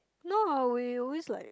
no we always like